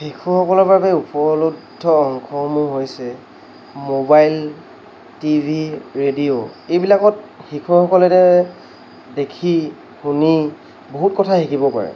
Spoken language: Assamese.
শিশুসকলৰ বাবে উপলব্ধ অংশসমূহ হৈছে মোবাইল টি ভি ৰেডিঅ' এইবিলাকত শিশুসকলে দেখি শুনি বহুত কথা শিকিব পাৰে